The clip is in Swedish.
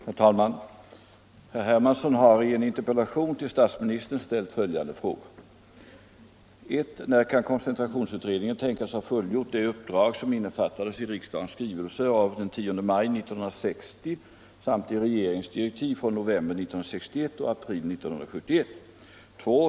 Herr talman! Herr Hermansson har i en interpellation till statsministern ställt följande frågor. 1. När kan koncentrationsutredningen tänkas ha fullgjort det uppdrag som innefattades i riksdagens skrivelse av den 10 maj 1960 samt i regeringens direktiv från november 1961 och april 1971? 2.